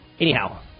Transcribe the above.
Anyhow